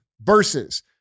verses